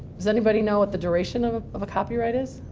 does anybody know what the duration of of a copyright is?